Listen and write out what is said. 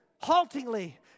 haltingly